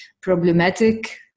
problematic